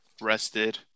rested